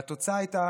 והתוצאה הייתה